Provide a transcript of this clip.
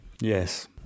Yes